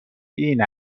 این